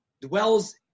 dwells